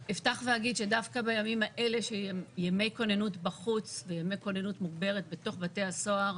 שהם ימי כוננות בחוץ וימי כוננות מוגברת בתוך בתי הסוהר,